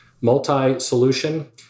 multi-solution